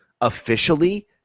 officially